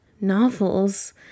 novels